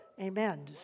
Amen